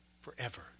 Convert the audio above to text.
forever